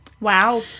wow